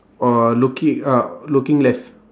oh looking up looking left